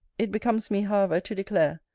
it becomes me, however, to declare,